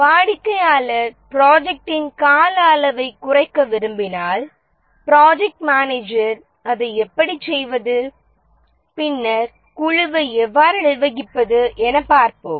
வாடிக்கையாளர் ப்ரொஜெக்ட்டின் கால அளவைக் குறைக்க விரும்பினால் ப்ராஜெக்ட் மேனஜர் அதை எப்படிச் செய்வது பின்னர் குழுவை எவ்வாறு நிர்வகிப்பது என பார்ப்போம்